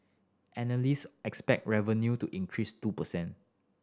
analyst expected revenue to increase two per cent